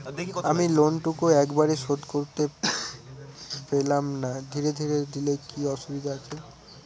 আমি লোনটুকু একবারে শোধ করতে পেলাম না ধীরে ধীরে দিলে কি অসুবিধে আছে?